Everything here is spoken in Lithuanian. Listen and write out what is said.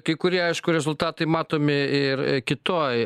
kai kurie aišku rezultatai matomi ir kitoj